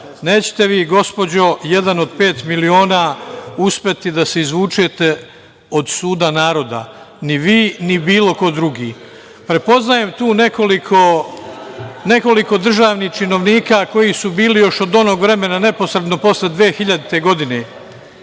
Nećete vi, gospođo „jedan od 5 miliona“ uspeti da se izvučete od suda naroda, ni vi, ni bilo ko drugi. Prepoznajem tu nekoliko državnih činovnika koji su bili još od onog vremena neposredno posle 2000. godine